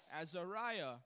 Azariah